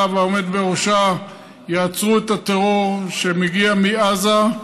והעומד בראשה יעצרו את הטרור שמגיע מעזה.